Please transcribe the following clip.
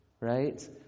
right